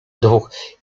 dwóch